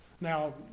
Now